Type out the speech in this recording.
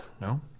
No